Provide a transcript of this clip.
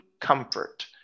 comfort